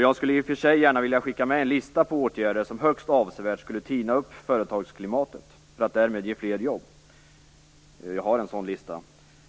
Jag skulle i och för sig gärna vilja skicka med en lista på åtgärder som högst avsevärt skulle tina upp företagsklimatet för att därmed ge fler jobb. Jag har en sådan lista,